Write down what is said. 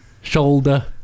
Shoulder